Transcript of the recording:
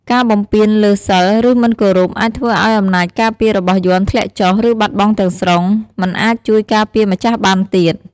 ការបំពានលើ សីល ឬ មិនគោរព អាចធ្វើឲ្យអំណាចការពាររបស់យន្តធ្លាក់ចុះ ឬបាត់បង់ទាំងស្រុង មិនអាចជួយការពារម្ចាស់បានទៀត។